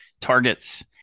targets